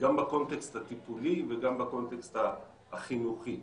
גם בקונטקסט הטיפולי וגם בקונטקסט החינוכי.